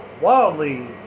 wildly